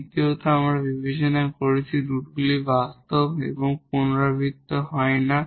দ্বিতীয়ত আমরা বিবেচনা করেছি রুটগুলি বাস্তব এবং রিপিটেড হয় না